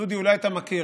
דודי, אולי אתה מכיר.